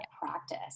practice